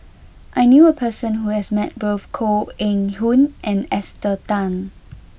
I knew a person who has met both Koh Eng Hoon and Esther Tan